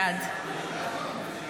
בעד